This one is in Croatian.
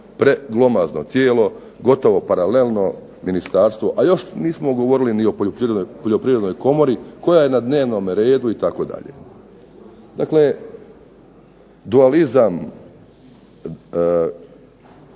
preglomazno tijelo gotovo paralelno ministarstvo, a još nismo govorili ni o Poljoprivrednoj komori koja je na dnevnome redu itd. Dakle, dualizam